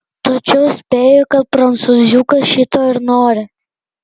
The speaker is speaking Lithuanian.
tačiau spėju kad prancūziukas šito ir nori